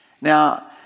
Now